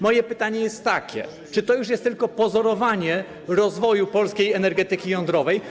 Moje pytanie jest takie: Czy to już jest tylko pozorowanie rozwoju polskiej energetyki jądrowej?